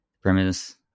premise